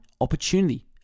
opportunity